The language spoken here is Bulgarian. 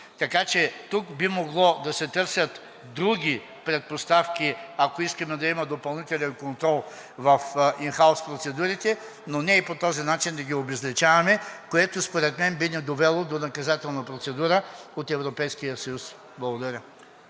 Така че тук би могло да се търсят други предпоставки, ако искаме да има допълнителен контрол в ин хаус процедурите, но не и по този начин да ги обезличаваме, което според мен би ни довело до наказателна процедура от Европейския съюз. Благодаря.